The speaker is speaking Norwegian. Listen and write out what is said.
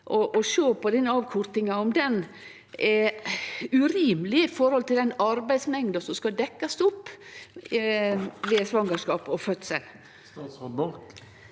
og å sjå på denne avkortinga, om ho er urimeleg i forhold til den arbeidsmengda som skal dekkjast opp ved svangerskap og fødsel? Statsråd